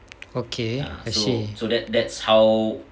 okay I see